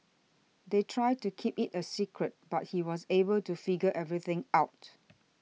they tried to keep it a secret but he was able to figure everything out